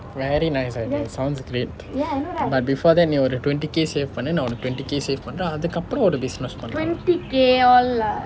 very nice I think sounds great but before that you will need twenty K save பண்ணு நான் உனக்கு:pannu naan unakku twenty K save பண்றேன் அதுக்கு அப்புறம் ஒரு:pandren athukku appuram oru business பண்ணலாம்:pannalaam